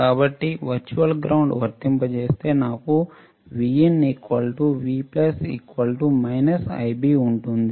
కాబట్టి virtual ground వర్తింపజేస్తే నాకు Vin V Ib ఉంటుంది